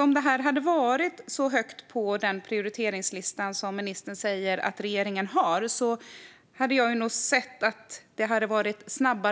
Om det här hade varit så högt på regeringens prioriteringslista som ministern säger hade jag nog väntat mig högre